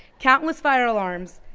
countless fire alarms,